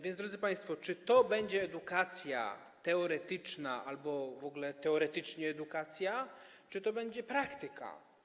Więc, drodzy państwo, czy to będzie edukacja teoretyczna albo w ogóle teoretycznie edukacja, czy to będzie praktyka?